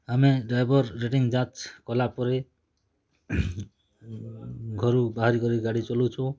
ଆମେ driver rating ଯାଞ୍ଚ୍ କଲାପରେ ଘରୁ ବାହାରି କରି ଗାଡ଼ି ଚଲୋଉଛୁ